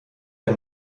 der